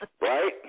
right